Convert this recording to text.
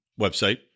website